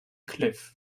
cliff